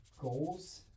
goals